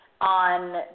on